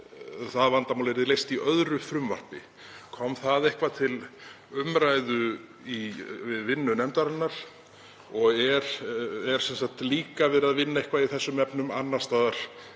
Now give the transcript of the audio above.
yrðu leyst í öðru frumvarpi. Kom það eitthvað til umræðu við vinnu nefndarinnar? Er líka verið að vinna eitthvað í þessum efnum annars staðar